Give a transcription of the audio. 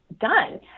done